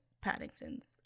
Paddington's